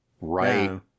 Right